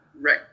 Right